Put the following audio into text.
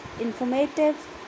informative